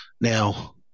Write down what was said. Now